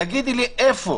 תגידי לי איפה